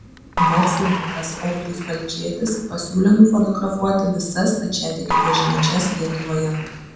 verslininkas audrius balčėtis pasiūlė nufotografuoti visas stačiatikių bažnyčias lietuvoje